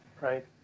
right